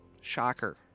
Shocker